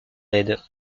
aide